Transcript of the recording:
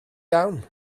iawn